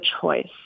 choice